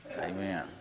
Amen